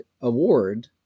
award